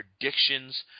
predictions